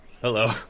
hello